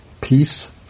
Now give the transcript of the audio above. peace